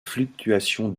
fluctuations